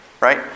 Right